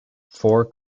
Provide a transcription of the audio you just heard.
four